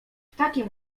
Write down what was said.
takim